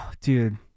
Dude